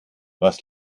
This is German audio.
was